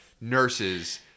nurses